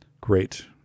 Great